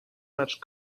much